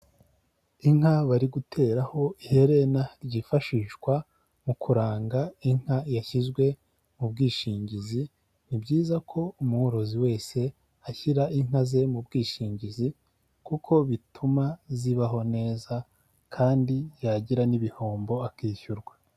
Inka bari guteraho iherena ryifashishwa mu kuranga inka yashyizwe mu bwishingizi, ni byiza ko umworozi wese ashyira inka ze mu bwishingizi kuko bituma zibaho neza kandi yagira n'ibihombo akishyurwa.